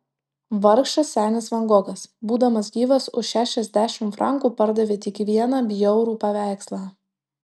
vargšas senis van gogas būdamas gyvas už šešiasdešimt frankų pardavė tik vieną bjaurų paveikslą